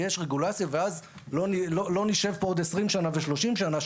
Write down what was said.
יש רגולציה ואז לא נשב כאן עוד 20 ו-30 שנים.